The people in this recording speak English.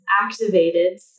activated